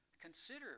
Consider